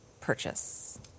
purchase